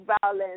violence